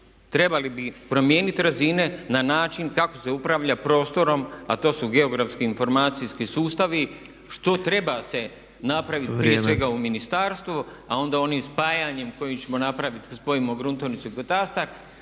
Trebali bi promijenit razine na način kako se upravlja prostorom, a to su geografski, informacijski sustavi što treba se napraviti prije svega u ministarstvu, a onda onim spajanjem kojim ćemo napraviti kad spojimo gruntovnicu i katastar.